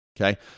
okay